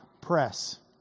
press